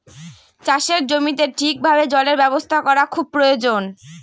চাষের জমিতে ঠিক ভাবে জলের ব্যবস্থা করা খুব প্রয়োজন